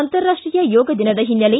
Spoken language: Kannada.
ಅಂತಾರಾಷ್ಷೀಯ ಯೋಗ ದಿನದ ಹಿನ್ನೆಲೆ